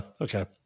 Okay